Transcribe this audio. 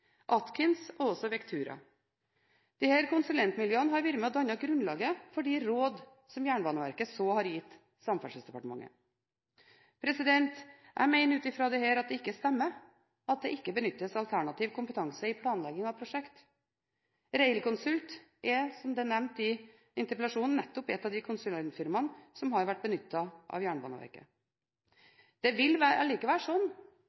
Atkins og Vectura. Disse konsulentmiljøene har vært med på å danne grunnlaget for de råd som Jernbaneverket så har gitt til Samferdselsdepartementet. Jeg mener ut fra dette at det ikke stemmer at det ikke benyttes alternativ kompetanse i planleggingen av prosjekter. Railconsult er, som nevnt i interpellasjonen, nettopp ett av de konsulentfirmaene som har vært benyttet av